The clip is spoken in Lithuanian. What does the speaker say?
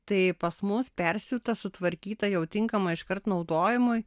tai pas mus persiūta sutvarkyta jau tinkama iškart naudojimui